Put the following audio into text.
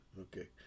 Okay